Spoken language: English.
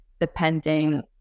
Depending